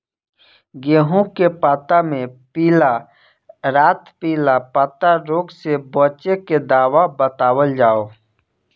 गेहूँ के पता मे पिला रातपिला पतारोग से बचें के दवा बतावल जाव?